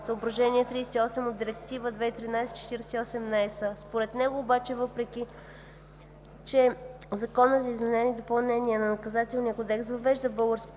(съображение 38 от Директива 2013/48/ЕС). Според него обаче, въпреки че Законът за изменение и допълнение на Наказателния кодекс въвежда в българското